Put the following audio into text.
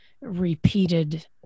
repeated